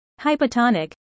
Hypotonic